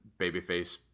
babyface